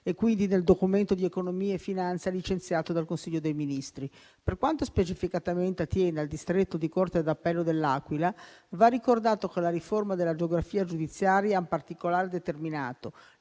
e quindi nel Documento di economia e finanza licenziato dal Consiglio dei ministri. Per quanto specificamente attiene al distretto di corte di appello dell'Aquila, va ricordato che la riforma della geografia giudiziaria ha in particolare determinato